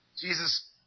Jesus